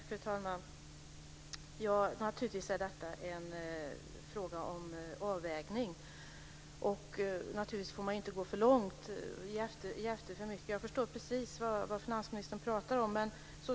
Fru talman! Naturligtvis är detta en fråga om avvägning. Naturligtvis får man inte gå för långt och ge efter för mycket. Jag förstår precis vad finansministern talar om.